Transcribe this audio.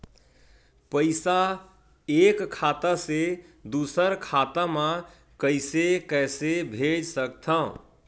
पईसा एक खाता से दुसर खाता मा कइसे कैसे भेज सकथव?